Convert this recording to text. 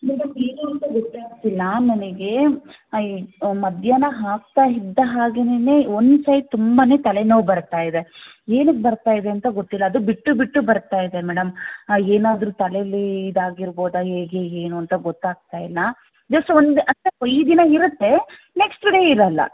madam ಏನು ಅಂತ ಗೊತ್ತೇ ಆಗ್ತಿಲ್ಲ ನನಗೆ ಮಧ್ಯಾಹ್ನ ಆಗ್ತಾ ಇದ್ದ ಹಾಗೆನೆ ಒನ್ ಸೈಡ್ ತುಂಬಾ ತಲೆನೋವು ಬರ್ತಾಯಿದೆ ಏನಕ್ಕೆ ಬರ್ತಾಯಿದೆ ಅಂತ ಗೊತ್ತಿಲ್ಲ ಅದು ಬಿಟ್ಟು ಬಿಟ್ಟು ಬರ್ತಾಯಿದೆ ಮೇಡಮ್ ಏನಾದ್ರೂ ತಲೆಯಲ್ಲಿ ಇದು ಆಗಿರ್ಬೋದಾ ಹೇಗೆ ಏನು ಅಂತ ಗೊತ್ತಾಗ್ತಾಯಿಲ್ಲ ಜಸ್ಟ್ ಒಂದು ಈ ದಿನ ಇರತ್ತೆ ನೆಕ್ಸ್ಟ್ ಡೇ ಇರಲ್ಲ